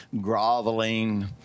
groveling